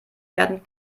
werden